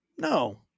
No